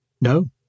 No